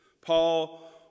Paul